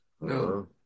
No